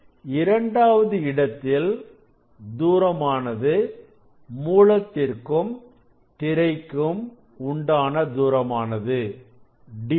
இரண்டாவது இடத்தில் தூரமானது மூலத்திற்கும் திரைக்கும் உண்டான தூரமானது D2